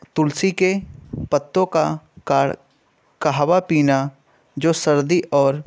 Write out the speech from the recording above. تلسی کے پتوں کا کاڑ قہوہ پینا جو سردی اور